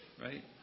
right